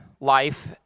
life